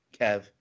Kev